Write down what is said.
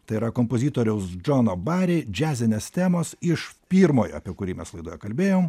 tai yra kompozitoriaus džono bari džiazinės temos iš pirmojo apie kurį mes laidoje kalbėjom